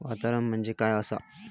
वातावरण म्हणजे काय असा?